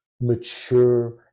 mature